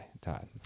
Todd